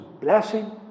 blessing